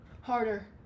Harder